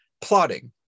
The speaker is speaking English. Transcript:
plotting